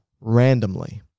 randomly